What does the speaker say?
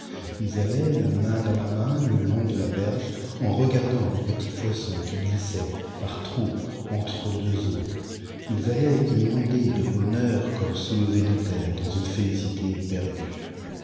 lis aflaient la main dans la main le long de la berge en regardant les petits poissons qui glissaient par troupes entre deux eaux ils allaient mondés de bonheur comme soulevés de terre dans une félicité éperdue